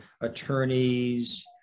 attorneys